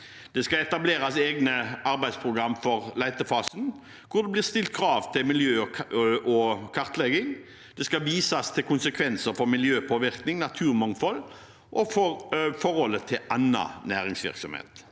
Det skal etableres egne arbeidsprogram for letefasen hvor det blir stilt krav til miljøkartlegging. Det skal vises til konsekvenser for miljøpåvirkning, naturmangfold og forholdet til annen næringsvirksomhet.